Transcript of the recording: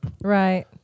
right